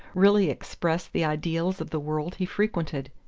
really expressed the ideals of the world he frequented.